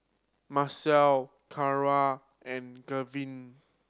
Marcel Cara and Gavin